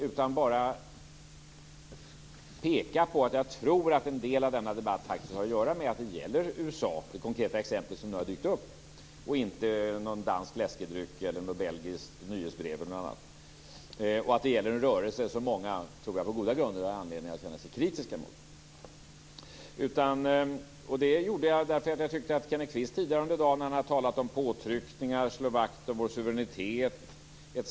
Jag ville bara peka på att jag tror att en del av denna debatt faktiskt har att göra med att det gäller USA i det konkreta exempel som nu har dykt upp och inte någon dansk läskedryck, något belgiskt nyhetsbrev eller annat. Det gäller en rörelse som jag tror att många på goda grunder har anledning att känna sig kritiska mot. Jag tog upp detta därför att Kenneth Kvist tidigare under dagen har talat om påtryckningar och om att slå vakt om vår suveränitet etc.